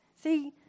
See